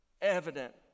evident